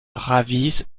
ravise